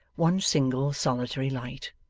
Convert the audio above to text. one single solitary light.